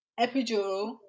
Epidural